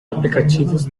aplicativos